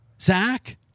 Zach